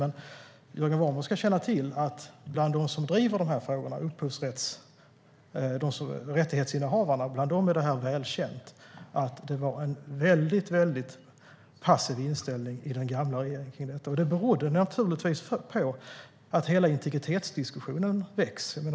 Jörgen Warborn ska veta att det bland dem som driver dessa frågor, upphovsrättsinnehavarna, är väl känt att inställningen hos den tidigare regeringen var mycket passiv. Det berodde naturligtvis på hela integritetsdiskussionen.